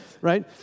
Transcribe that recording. right